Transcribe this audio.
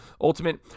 Ultimate